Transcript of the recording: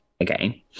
again